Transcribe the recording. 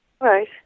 Right